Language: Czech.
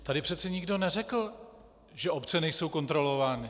Tady přece nikdo neřekl, že obce nejsou kontrolovány.